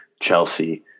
Chelsea